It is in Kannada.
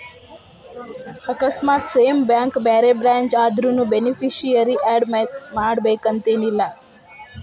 ಆಕಸ್ಮಾತ್ ಸೇಮ್ ಬ್ಯಾಂಕ್ ಬ್ಯಾರೆ ಬ್ರ್ಯಾಂಚ್ ಆದ್ರುನೂ ಬೆನಿಫಿಸಿಯರಿ ಆಡ್ ಮಾಡಬೇಕನ್ತೆನಿಲ್ಲಾ